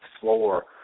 floor